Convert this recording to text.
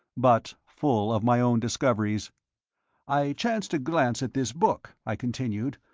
but, full of my own discoveries i chanced to glance at this book, i continued,